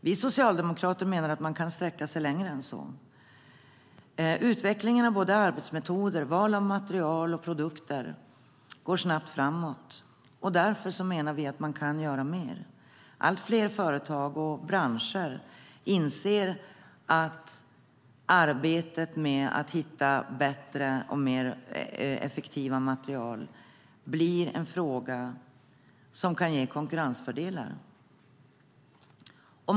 Vi socialdemokrater menar att man kan gå längre. Utvecklingen av arbetsmetoder och val av material och produkter går snabbt framåt. Därför menar vi att man kan göra mer. Allt fler företag och branscher inser att arbetet med att hitta bättre och mer effektiva material kan ge konkurrensfördelar.